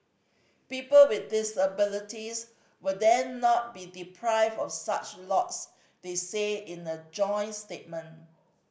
people with disabilities will then not be deprived of such lots they said in a joint statement